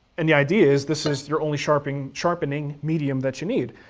and the idea is this is your only sharpening sharpening medium that you need.